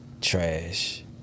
trash